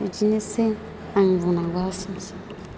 बिदिनोसै आंनि बुंनांगौआ एसेनोसै